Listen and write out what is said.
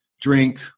drink